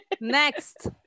next